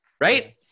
Right